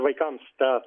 vaikams tą